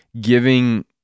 giving